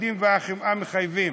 הכיבודים והחמאה מחייבים,